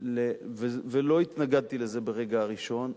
לא התנגדתי לזה ברגע הראשון,